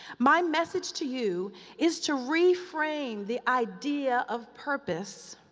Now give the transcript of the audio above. my message to you is to reframe the idea of purpose